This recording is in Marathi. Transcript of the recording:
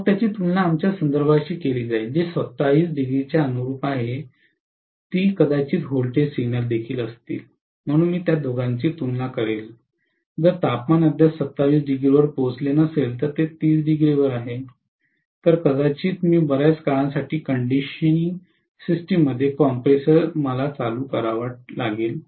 मग त्याची तुलना आमच्या संदर्भाशी केली जाईल जी 27° च्या अनुरुप आहे जी कदाचित व्होल्टेज सिग्नल देखील असेल म्हणून मी त्या दोघांची तुलना करेन जर तापमान अद्याप 27° वर पोहोचले नसेल तर ते 30° वर आहे तर कदाचित मी बर्याच काळासाठी कंडिशनिंग सिस्टममध्ये कॉम्प्रेसर चालू करावे लागेल